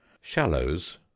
shallows